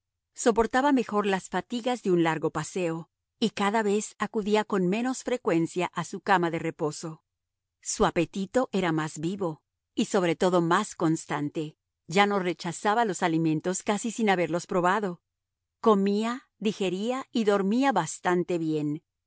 soportaba mejor las fatigas de un largo paseo y cada vez acudía con menos frecuencia a su cama de reposo su apetito era más vivo y sobre todo más constante ya no rechazaba los alimentos casi sin haberlos probado comía digería y dormía bastante bien